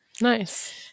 Nice